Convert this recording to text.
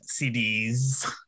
CDs